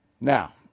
Now